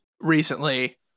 recently